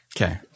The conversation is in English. Okay